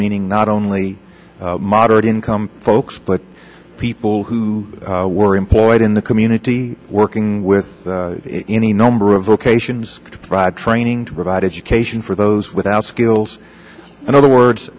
meaning not only moderate income folks but people who were employed in the community working with any number of locations training to provide education for those without skills and other words